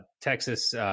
Texas –